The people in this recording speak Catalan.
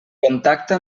contacta